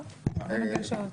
בסדר, בוא נחליט על שעות.